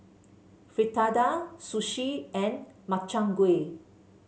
Fritada Sushi and Makchang Gui